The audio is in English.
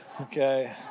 Okay